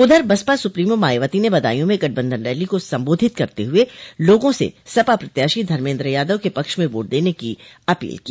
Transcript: उधर बसपा सुप्रीमो मायावती ने बदायूं में गठबंधन रैली को संबोधित करते हुए लोगों से सपा प्रत्याशी धर्मेन्द्र यादव के पक्ष में वोट देने की अपील की